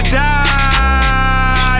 die